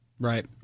Right